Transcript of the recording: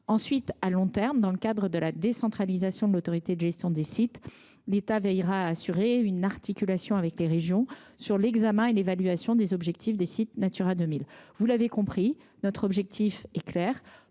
Ensuite, à long terme, dans le cadre de la décentralisation de l’autorité de gestion des sites Natura 2000, l’État veillera à assurer une articulation avec les régions sur l’examen et l’évaluation des objectifs de ces sites. Vous l’avez compris, notre objectif est clair